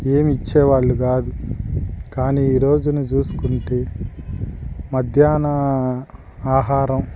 ఏమి ఇచ్చేవాళ్ళు కాదు కానీ ఈరోజుని చూసుకుంటే మధ్యాహ్న ఆహారం